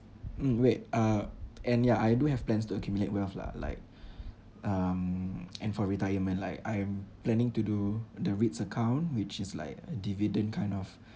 mm wait uh and yeah I do have plans to accumulate wealth lah like um and for retirement like I'm planning to do the REITs account which is like a dividend kind of